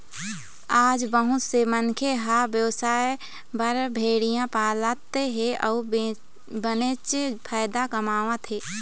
आज बहुत से मनखे ह बेवसाय बर भेड़िया पालत हे अउ बनेच फायदा कमावत हे